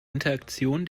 interaktion